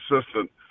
assistant